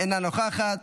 אינה נוכחת,